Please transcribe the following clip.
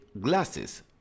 glasses